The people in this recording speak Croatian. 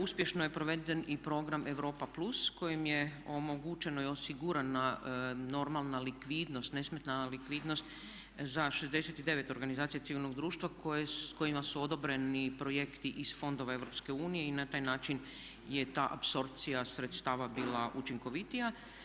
Uspješno je proveden i program Europa plus kojim je omogućeno i osigurana normalna likvidnost, nesmetna likvidnost za 69 organizacija civilnog društva kojima su odobreni projekti iz fondova EU i na taj način je ta apsorpcija sredstava bila učinkovitija.